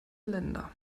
länder